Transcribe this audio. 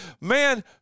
Man